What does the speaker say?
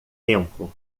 tempo